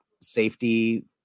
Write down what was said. safety